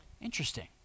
Interesting